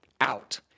out